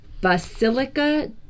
Basilica